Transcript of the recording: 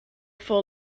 for